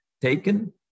taken